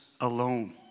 alone